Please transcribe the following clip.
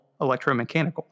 electromechanical